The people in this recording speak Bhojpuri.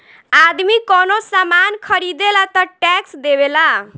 आदमी कवनो सामान ख़रीदेला तऽ टैक्स देवेला